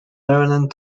maryland